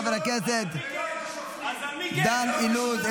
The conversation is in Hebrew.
חבר הכנסת דן אילוז,